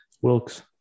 Wilkes